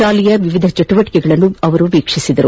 ಶಾಲೆಯ ವಿವಿಧ ಚಟುವಟಿಕೆಗಳನ್ನು ವೀಕ್ಷಿಸಿದರು